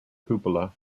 cupola